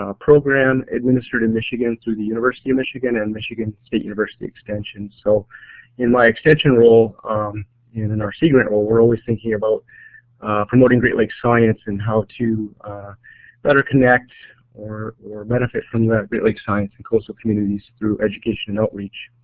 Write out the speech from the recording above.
ah program administered in michigan through the university of michigan and michigan state university extension so in my extension role um and in our sea grant role we're always thinking about promoting great lakes science and how to better connect or or benefit from the great lakes science and coastal communities through education and outreach.